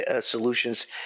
solutions